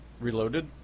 Reloaded